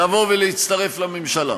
לבוא ולהצטרף לממשלה.